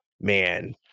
Man